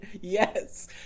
Yes